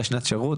לשנת שירות,